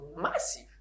massive